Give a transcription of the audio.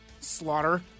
slaughter